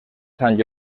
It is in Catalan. sant